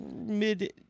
mid